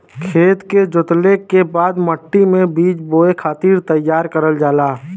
खेत के जोतले के बाद मट्टी मे बीज बोए खातिर तईयार करल जाला